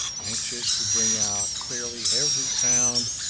anxious to bring out clearly every sound,